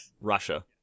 Russia